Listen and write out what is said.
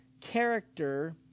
character